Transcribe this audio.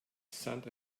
cent